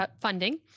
funding